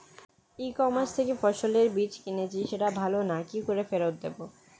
ই commerce থেকে ফসলের বীজ কিনেছি সেটা ভালো না কি করে ফেরত দেব?